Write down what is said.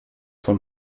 von